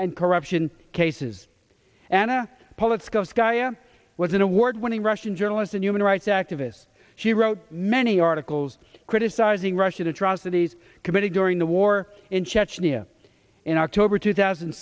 and corruption cases anna politkovskaya was an award winning russian journalist and human rights activist she wrote many articles criticizing russian atrocities committed during the war in chechnya in october two thousand